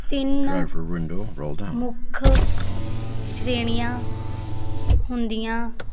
ਤਿੰਨ ਮੁੱਖ ਸ਼੍ਰੇਣੀਆਂ ਹੁੰਦੀਆਂ